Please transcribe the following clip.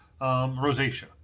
rosacea